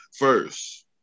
first